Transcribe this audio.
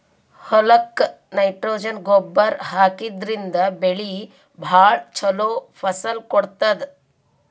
ಹೊಲಕ್ಕ್ ನೈಟ್ರೊಜನ್ ಗೊಬ್ಬರ್ ಹಾಕಿದ್ರಿನ್ದ ಬೆಳಿ ಭಾಳ್ ಛಲೋ ಫಸಲ್ ಕೊಡ್ತದ್